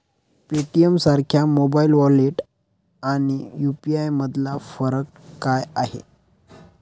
पेटीएमसारख्या mobile wallet आणि UPI यामधला फरक काय आहे?